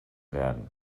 werden